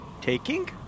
taking